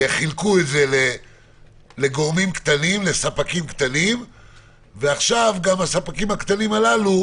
חילקו את זה לספקים קטנים ועכשיו גם הספקים הקטנים הללו,